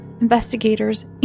investigators